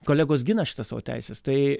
kolegos gina šitas savo teises tai